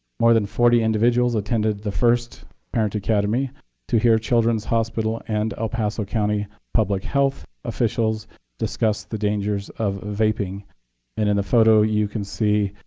more than forty individuals attended the first parent academy to hear children's hospital and el paso county public health officials discuss the dangers of vaping. and in the photo you can see,